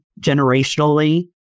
generationally